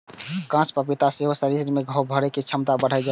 कांच पपीताक सेवन सं शरीर मे घाव भरै के क्षमता बढ़ि जाइ छै